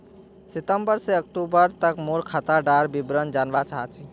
सितंबर से अक्टूबर तक मोर खाता डार विवरण जानवा चाहची?